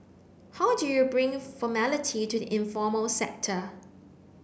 how do you bring formality to the informal sector